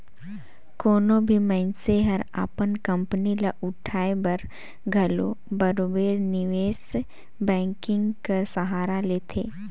कोनो भी मइनसे हर अपन कंपनी ल उठाए बर घलो बरोबेर निवेस बैंकिंग कर सहारा लेथे